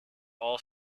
all